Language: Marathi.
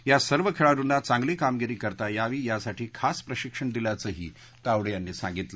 या सर्व खेळाडूंना चांगली कामगिरी करता यावी यासाठी खास प्रशिक्षण दिल्याचंही तावडे यांनी सांगितलं